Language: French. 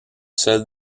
celles